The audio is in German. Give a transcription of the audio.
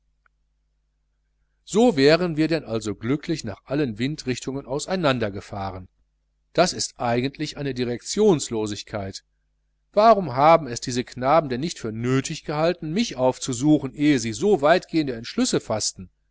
so wären wir denn also glücklich nach allen windrichtungen auseinandergefahren das ist eigentlich eine direktionslosigkeit warum haben es diese knaben denn nicht für nötig gehalten mich aufzusuchen ehe sie so weitgehende entschlüsse faßten